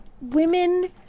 women